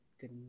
good